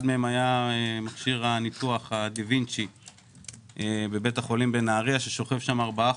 אחד מהם היה מכשיר הניתוח דה וינצ'י בבית החולים בנהריה ששוכב שם ארבעה